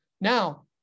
Now